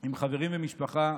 עם חברים ומשפחה.